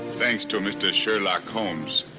thanks to mr. sherlock holmes